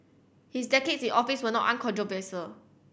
his decades in office were not uncontroversial